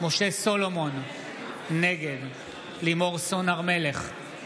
משה סולומון, נגד לימור סון הר מלך,